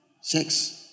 Six